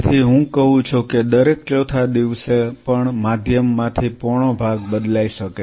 તેથી હું કહું છું કે દરેક ચોથા દિવસે પણ માધ્યમ માંથી પોણો ભાગ બદલાઈ શકે છે